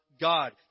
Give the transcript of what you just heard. God